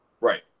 right